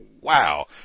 wow